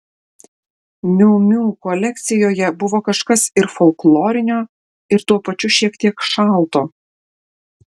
miu miu kolekcijoje buvo kažkas ir folklorinio ir tuo pačiu šiek tiek šalto